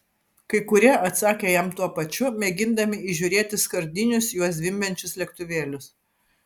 kai kurie atsakė jam tuo pačiu mėgindami įžiūrėti skardinius juo zvimbiančius lėktuvėlius